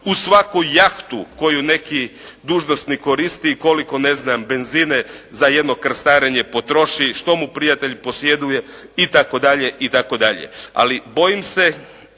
u svaku jahtu koju neki dužnosnik koristi i koliko ne znam benzina za jedno krstarenje potroši, što mu prijatelj posjeduje itd.